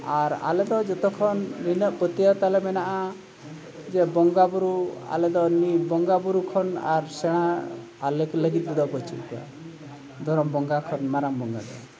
ᱟᱨ ᱟᱞᱮᱫᱚ ᱡᱚᱛᱚ ᱠᱷᱚᱱ ᱱᱤᱱᱟᱹᱜ ᱯᱟᱹᱛᱤᱭᱟᱹᱣ ᱛᱟᱞᱮ ᱢᱮᱱᱟᱜᱼᱟ ᱡᱮ ᱵᱚᱸᱜᱟ ᱵᱩᱨᱩ ᱟᱞᱮᱫᱚ ᱱᱤᱭᱟᱹ ᱵᱚᱸᱜᱟ ᱵᱩᱨᱩ ᱠᱷᱚᱱ ᱟᱨ ᱥᱮᱬᱟ ᱟᱞᱮ ᱠᱚ ᱞᱟᱹᱜᱤᱫ ᱛᱮᱫᱚ ᱵᱟᱹᱪᱩᱜ ᱠᱚᱣᱟ ᱫᱷᱚᱨᱚᱢ ᱵᱚᱸᱜᱟ ᱠᱷᱚᱱ ᱢᱟᱨᱟᱝ ᱵᱚᱸᱜᱟ ᱫᱚ